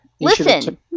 listen